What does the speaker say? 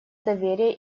доверия